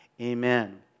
Amen